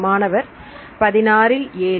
மாணவர்16 ல் 7